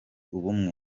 ubumwe